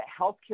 healthcare